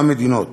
אותן מדינות,